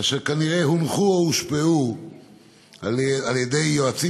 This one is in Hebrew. אשר כנראה הונחו או הושפעו על-ידי יועצים